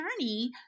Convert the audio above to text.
journey